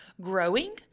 growing